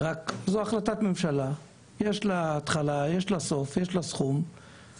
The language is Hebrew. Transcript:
בהחלטת ממשלה שיש לה גבולות זמן ושהיא נשענת על תקציב מוגדר.